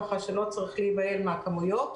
ככה שלא צריך להיבהל מהכמויות.